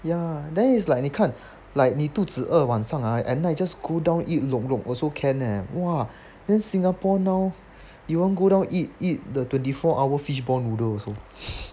ya then it's like 你看 like 你肚子饿晚上啊 at night just go down eat lok lok also can eh !wah! then singapore now you want go down eat eat the twenty four hour fishball noodle also